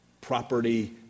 property